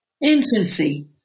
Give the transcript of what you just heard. infancy